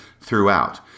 throughout